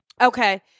Okay